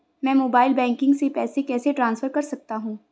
मैं mobile banking से पैसे कैसे ट्रांसफर कर सकता हूं?